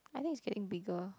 I think it's getting bigger